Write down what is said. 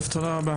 טוב, תודה רבה.